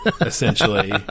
essentially